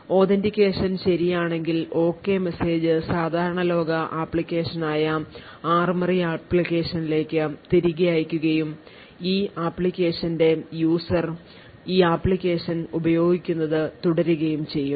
Authentication ശരിയാണെങ്കിൽ OK message സാധാരണ ലോക ആപ്ലിക്കേഷനായ ARMORY ആപ്ലിക്കേഷനിലേക്ക് തിരികെ അയയ്ക്കുകയും ഈ ആപ്ലിക്കേഷന്റെ യൂസർ ഈ ആപ്ലിക്കേഷൻ ഉപയോഗിക്കുന്നത് തുടരുകയും ചെയ്യും